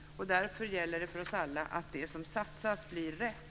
Därför gäller det för oss alla att det som satsas blir rätt.